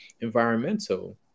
environmental